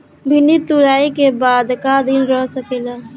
भिन्डी तुड़ायी के बाद क दिन रही सकेला?